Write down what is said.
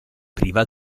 priva